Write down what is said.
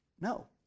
No